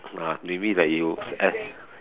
ah maybe like you